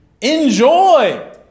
Enjoy